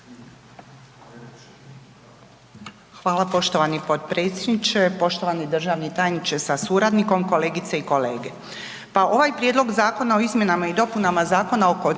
Hvala poštovani potpredsjedniče, poštovani državni tajniče sa suradnikom, kolegice i kolege.